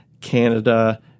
Canada